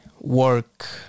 work